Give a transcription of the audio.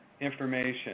information